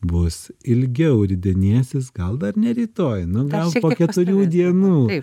bus ilgiau ridenėsis gal dar ne rytoj nu gal po keturių dienų